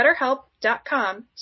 BetterHelp.com